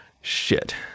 Shit